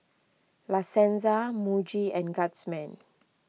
La Senza Muji and Guardsman